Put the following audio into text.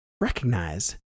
Recognize